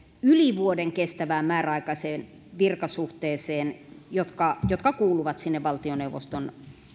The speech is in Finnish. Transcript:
yli vuoden kestävään määräaikaiseen virkasuhteeseen jotka jotka kuuluvat sinne valtioneuvoston